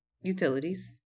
utilities